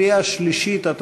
קריאה שלישית,